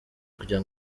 kugira